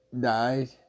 died